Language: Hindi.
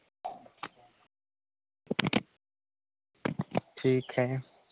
ठीक है